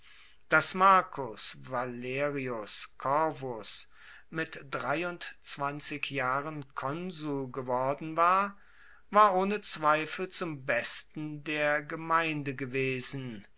dass marcus valerius corvus mit dreiundzwanzig jahren konsul geworden war war ohne zweifel zum besten der gemeinde gewesen